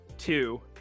Two